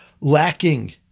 lacking